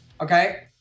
okay